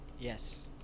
Yes